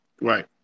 Right